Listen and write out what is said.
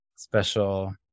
special